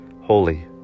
Holy